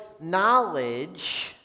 knowledge